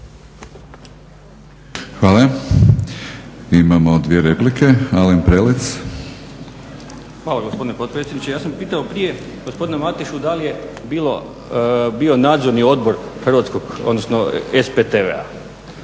Hvala. Imamo dvije replike. Alen Prelec. **Prelec, Alen (SDP)** Hvala gospodine potpredsjedniče. Ja sam pitao prije gospodina Matešu da li je bio Nadzorni odbor hrvatskog, odnosno SPTV-a.